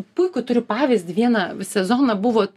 puikų turiu pavyzdį vieną sezoną buvo